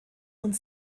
und